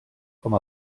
com